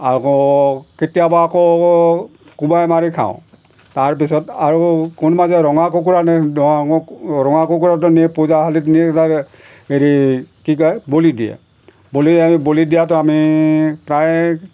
আকৌ কেতিয়াবা আকৌ কোবাই মাৰি খাওঁ তাৰপিছত আৰু কোনোবা যে ৰঙা কুকুৰা ৰঙা কুকুৰাটো নিয়ে পূজা শালিত হেৰি কি কয় বলি দিয়ে বলি আমি বলি দিয়াতো আমি প্ৰায়